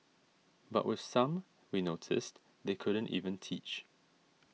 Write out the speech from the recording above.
but with some we noticed they couldn't even teach